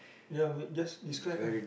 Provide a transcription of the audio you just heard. ya wait just describe lah